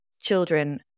children